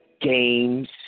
games